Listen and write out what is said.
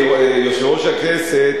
יושב-ראש הכנסת,